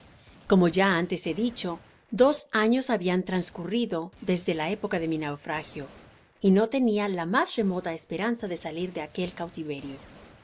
como ya antes he dicho dos años habian transcurrido desde la época de mi naufragio y no tenia la mas remota esperanza de salir de aquel cautiverio